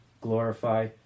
glorify